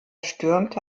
stürmte